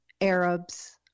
Arabs